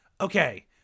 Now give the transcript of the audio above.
Okay